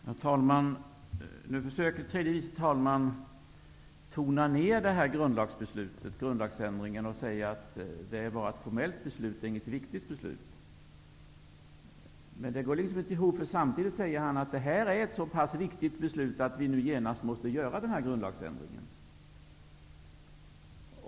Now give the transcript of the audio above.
Herr talman! Nu försöker tredje vice talmannen att tona ned denna grundlagsändring genom att säga att det är bara ett formellt beslut och inget viktigt beslut. Men det går inte ihop, eftersom han samtidigt säger att det här är ett så pass viktigt beslut att vi nu genast måste genomföra denna grundlagsändring.